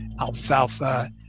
alfalfa